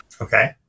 Okay